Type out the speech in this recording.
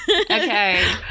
okay